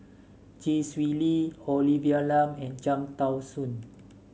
Chee Swee Lee Olivia Lum and Cham Tao Soon